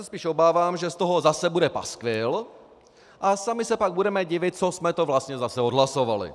Spíš se obávám, že z toho zase bude paskvil a sami se pak budeme divit, co jsme to zase vlastně odhlasovali.